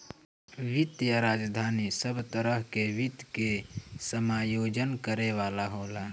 वित्तीय राजधानी सब तरह के वित्त के समायोजन करे वाला होला